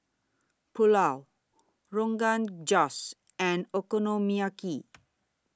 Pulao Rogan Josh and Okonomiyaki